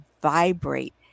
vibrate